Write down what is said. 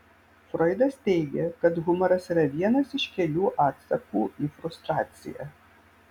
froidas teigė kad humoras yra vienas iš kelių atsakų į frustraciją